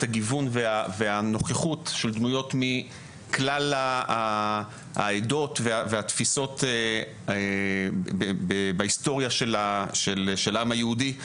הגיוון והנוכחות של דמויות מכלל העדות ותפיסות בהיסטוריה של העם היהודי.